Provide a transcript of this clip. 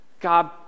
God